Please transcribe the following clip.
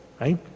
right